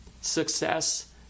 Success